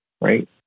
right